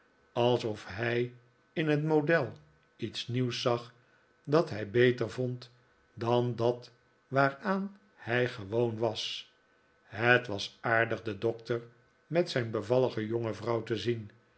alsof hij in het model iets nieuws zag dat hij beter vond dan dat waaraan hij gewoon was het was aardig den doctor met zijn bevallige jonge vrouw te zien